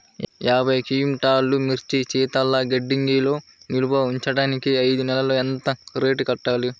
యాభై క్వింటాల్లు మిర్చి శీతల గిడ్డంగిలో నిల్వ ఉంచటానికి ఐదు నెలలకి ఎంత రెంట్ కట్టాలి?